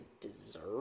deserve